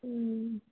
ਹਮ